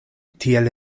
tiel